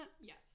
Yes